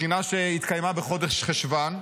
בחינה שהתקיימה בחודש חשוון.